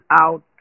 out